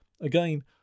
Again